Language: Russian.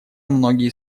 многие